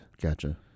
Gotcha